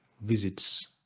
visits